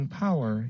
power